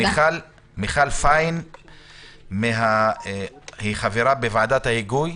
מיכל פיין, חברה בוועדת ההיגוי.